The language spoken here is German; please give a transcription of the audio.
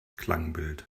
klangbild